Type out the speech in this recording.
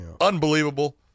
unbelievable